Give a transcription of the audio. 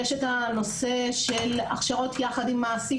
יש את הנושא של הכשרות יחד עם מעסיק.